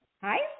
Hi